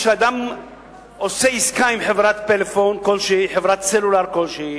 כשאדם עושה עסקה עם חברת סלולר כלשהי,